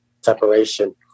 separation